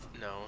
No